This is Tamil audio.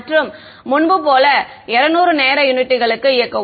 மற்றும் முன்பு போல 200 நேர யூனிட்டுகளுக்கு இயக்கவும்